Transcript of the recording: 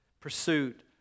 pursuit